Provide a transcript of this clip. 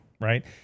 right